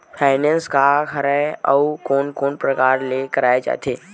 Finance का हरय आऊ कोन कोन प्रकार ले कराये जाथे?